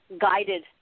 guided